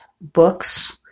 Books